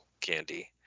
candy